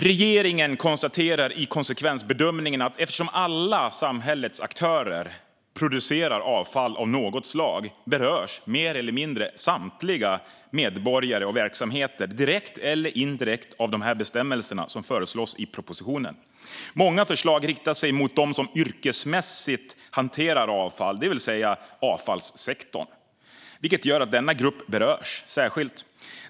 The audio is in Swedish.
Regeringen konstaterar i konsekvensbedömningen att eftersom alla samhällets aktörer producerar avfall av något slag berörs mer eller mindre samtliga medborgare och verksamheter direkt eller indirekt av de bestämmelser som föreslås i propositionen. Många förslag riktar sig mot dem som yrkesmässigt hanterar avfall, det vill säga avfallssektorn, vilket gör att denna grupp berörs särskilt.